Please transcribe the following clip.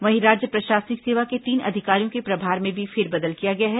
वहीं राज्य प्रशासनिक सेवा के तीन अधिकारियों के प्रभार में भी फेरबदल किया गया है